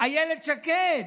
אילת שקד,